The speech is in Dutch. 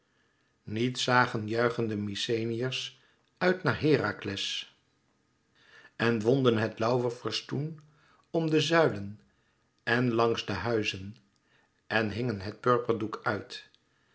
niet zagen juichende mykenæërs uit naar herakles en wonden het lauwerfestoen om de zuilen en langs de huizen en hingen het purperdoek uit